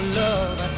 love